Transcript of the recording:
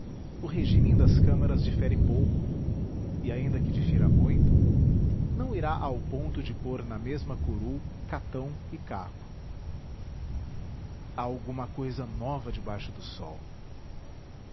o regímen das câmaras difere pouco e ainda que difira muito não irá ao ponto de pôr na mesma curul catão e caco há alguma cousa nova debaixo do sol